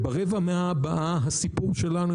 ברבע המאה הבאה הסיפור שלנו,